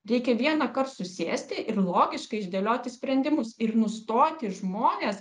reikia vienąkart susėsti ir logiškai išdėlioti sprendimus ir nustoti žmones